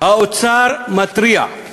האוצר מתריע,